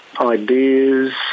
ideas